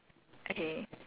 okay